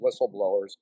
whistleblowers